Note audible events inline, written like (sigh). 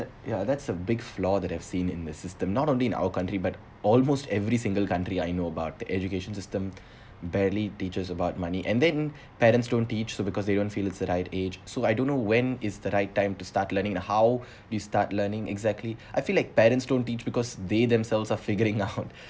ya that's a big flaw that I've seen in the system not only in our country but almost every single country I know about the education system (breath) barely teaches about money and then (breath) parents don't teach because they don't feel it's the right age so I don't know when is the right time to start learning how (breath) to start learning exactly I feel like parents don't teach because they themselves are figuring out (laughs)